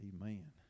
Amen